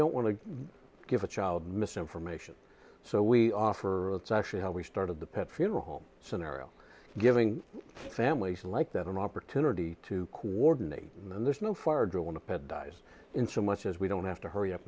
don't want to give the child misinformation so we offer it's actually how we started the pet funeral home scenario giving families like that an opportunity to coordinate and then there's no fire drill want to pet dies in so much as we don't have to hurry up